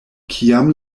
kiam